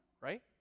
right